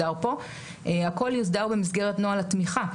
הכל יוסדר במסגרת נוהל התמיכה,